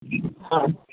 হ্যাঁ